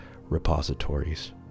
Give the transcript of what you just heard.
repositories